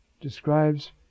describes